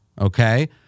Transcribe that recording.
Okay